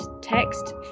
text